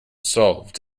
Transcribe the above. solved